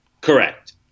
Correct